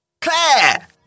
Claire